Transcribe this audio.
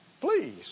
Please